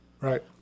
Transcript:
right